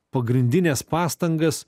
pagrindines pastangas